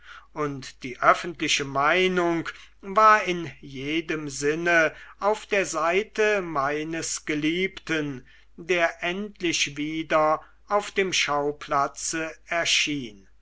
und die öffentliche meinung war in jedem sinne auf der seite meines geliebten der endlich wieder auf dem schauplatze erschien